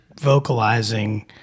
vocalizing